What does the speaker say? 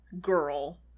girl